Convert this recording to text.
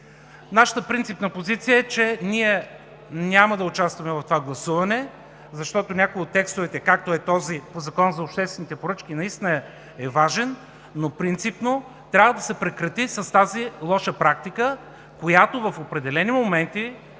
Нашата принципна позиция е, че ние няма да участваме в това гласуване, защото някои от текстовете, както е този по Закона за обществените поръчки, наистина е важен, но принципно трябва да се прекрати с тази лоша практика, която в определени моменти